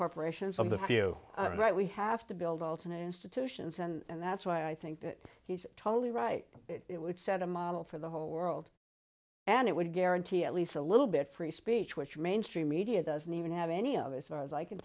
corporations of the few right we have to build alternate institutions and that's why i think that he's totally right it would set a model for the whole world and it would guarantee at least a little bit free speech which mainstream media doesn't even have any of us are as i can